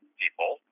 people